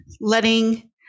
letting